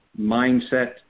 mindset